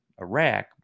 Iraq